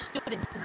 students